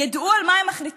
ידעו על מה הם מחליטים,